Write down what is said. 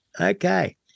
Okay